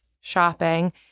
shopping